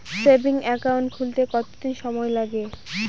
Savings account খুলতে কতদিন সময় লাগে?